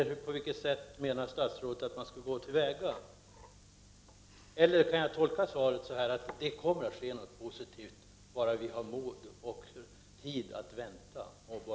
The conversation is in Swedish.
På vilket sätt menar statsrådet annars att man skulle gå till väga? Eller kan jag tolka svaret som att det kommer att ske något positivt bara vi har mod och tid att vänta, bara vi lugnar oss?